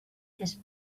his